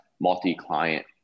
multi-client